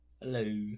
Hello